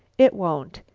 it won't.